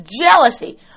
Jealousy